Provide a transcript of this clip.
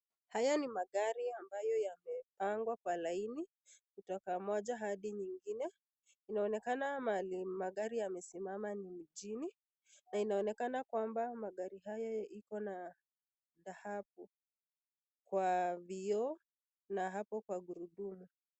Haya ni magari ambayo yamepangwa kwa laini kutoka moja hadi nyingine. Inaonekana mahali magari yamesimama mjini na inaonekana kwamba magari haya iko na dhahabu kwa vioo na hapo kwa gurudumu.